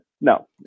no